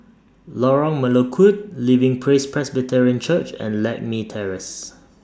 Lorong Melukut Living Praise Presbyterian Church and Lakme Terrace